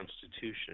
Constitution